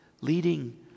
leading